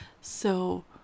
so-